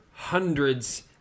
Hundreds